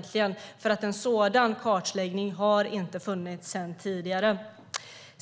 där ute, för en sådan kartläggning har inte funnits tidigare.